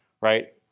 right